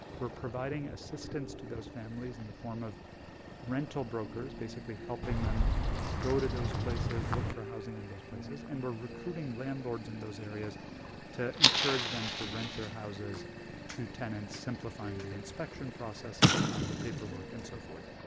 we're providing assistance to those families in the form of rental brokers basically, helping them go to those places, look for housing in those places. and we're recruiting landlords in those areas to encourage them to rent their houses to tenants, simplifying the inspection process, simplifying the paperwork and so forth.